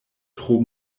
tro